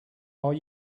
are